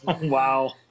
Wow